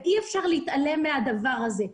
אי אפשר להתעלם מהדבר הזה,